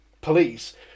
Police